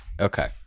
Okay